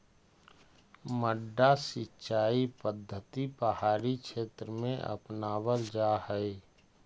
मड्डा सिंचाई पद्धति पहाड़ी क्षेत्र में अपनावल जा हइ